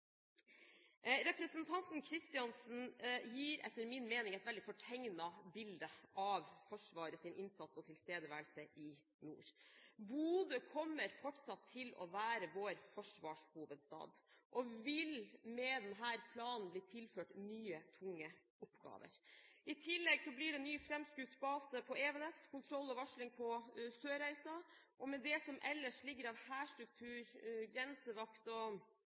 Representanten Kristiansen gir etter min mening et veldig fortegnet bilde av Forsvarets innsats og tilstedeværelse i nord. Bodø kommer fortsatt til å være vår forsvarshovedstad, og vil med denne planen bli tilført nye, tunge oppgaver. I tillegg blir det en ny framskutt base på Evenes og kontroll og varsling i Sørreisa, og med det som ellers ligger av hærstruktur, grensevakt og